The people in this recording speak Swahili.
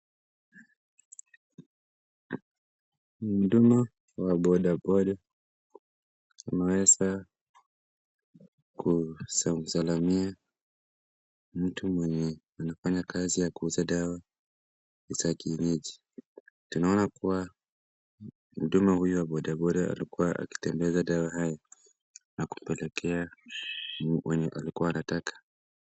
Mhudumu wa bodaboda anamsalimia mtu anayefanya kazi ya kuuza dawa za kienyeji. Tunaona kua muuzaji huyu anafanya kazi ya uuzaji akiwatembezea dawa watu wanaotaka.